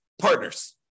partners